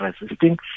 resisting